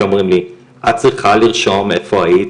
שאומרים לי את צריכה לרשום איפה היית,